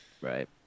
right